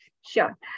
sure